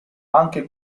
anche